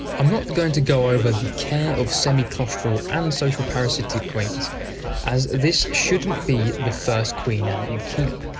i'm not going to go over the care of semi claustral and social parasitic queens as this shouldn't be the first queen ah ant you keep.